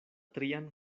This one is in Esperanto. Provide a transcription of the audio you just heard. trian